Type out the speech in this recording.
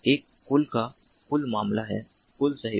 एक कुल का कुल मामला है कुल सहयोग